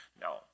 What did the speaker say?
No